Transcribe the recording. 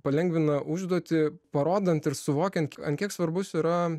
palengvina užduotį parodant ir suvokiant ant kiek svarbus yra